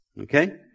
okay